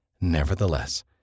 Nevertheless